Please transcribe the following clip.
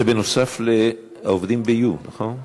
זה נוסף על העובדים ב-You, נכון?